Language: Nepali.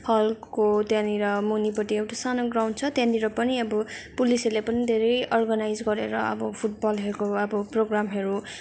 हलको त्यहाँनिर मुनिपट्टि एउटा सानो ग्राउन्ड छ त्यहाँनिर पनि अब पुलिसहरूले पनि धेरै अर्गनाइज गरेर अब फुटबलहरूको अब प्रोगामहरू